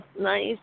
nice